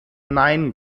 nein